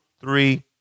three